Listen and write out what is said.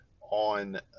on